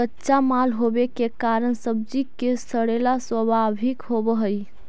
कच्चा माल होवे के कारण सब्जि के सड़ेला स्वाभाविक हइ